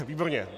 Výborně.